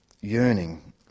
yearning